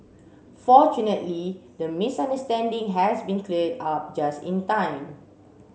fortunately the misunderstanding has been cleared up just in time